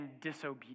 disobedience